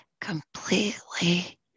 completely